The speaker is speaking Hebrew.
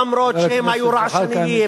למרות שהם היו רעשניים,